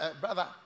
Brother